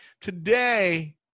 Today